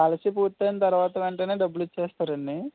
policy పూర్తయిన తర్వాత వెంటనే డబ్బులు ఇచ్చేస్తారా అండి